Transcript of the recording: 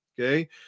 Okay